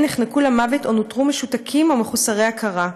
נחנקו למוות או נותרו משותקים או מחוסרי הכרה.